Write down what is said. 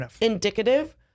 indicative